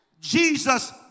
Jesus